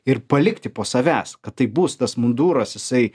ir palikti po savęs kad taip bus tas munduras jisai